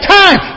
time